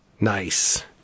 Nice